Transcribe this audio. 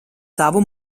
savu